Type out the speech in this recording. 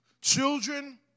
Children